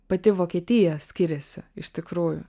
pati vokietija skiriasi iš tikrųjų